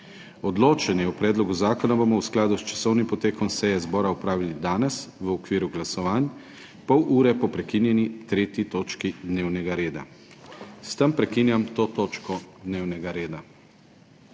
Odločanje o predlogu zakona bomo v skladu s časovnim potekom seje zbora opravili danes v okviru glasovanj, pol ure po prekinjeni 3. točki dnevnega reda. S tem prekinjam to točko dnevnega reda.